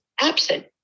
absent